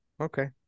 Okay